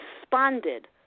responded